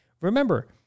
remember